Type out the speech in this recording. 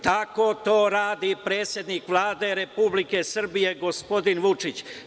Tako to radi predsednik Vlade Republike Srbije, gospodin Vučić.